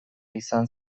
izan